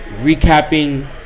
recapping